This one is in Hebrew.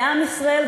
לעם ישראל,